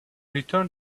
return